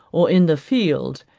or in the field,